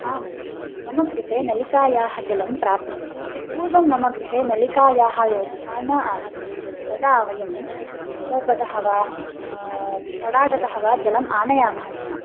आं मम कृते नलिकायाः जलं प्राप्यते पूर्वं मम गृहे नलिकायाः व्यवस्था न आसीत् तदा वयं कूपतः वा तडागतः वा जलम् आनयामः स्म